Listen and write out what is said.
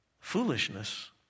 foolishness